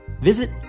Visit